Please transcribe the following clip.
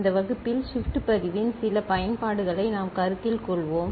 இந்த வகுப்பில் ஷிப்ட் பதிவின் சில பயன்பாடுகளை நாம் கருத்தில் கொள்வோம்